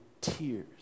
tears